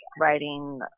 Writing